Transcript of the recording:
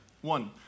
One